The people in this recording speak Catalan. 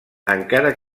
encara